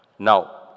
Now